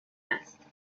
است